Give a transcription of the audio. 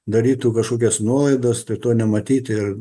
darytų kažkokias nuolaidas tai to nematyti ir